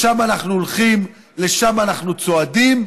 לשם אנחנו הולכים, לשם אנחנו צועדים.